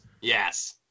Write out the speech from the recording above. Yes